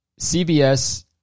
CBS